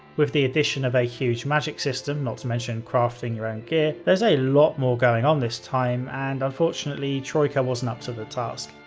with the addition of a huge magic system, not to mention crafting your own gear, there's a lot more going on this time and unfortunately troika wasn't up to the task.